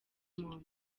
muntu